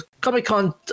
Comic-Con